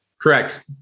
Correct